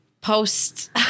post